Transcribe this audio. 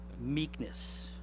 meekness